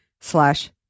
slash